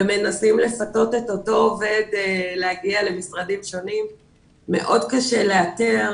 בנקודה הזאת, כי זו נקודה מאוד קריטית.